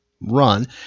run